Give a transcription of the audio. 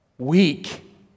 weak